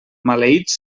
maleïts